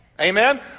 Amen